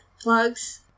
plugs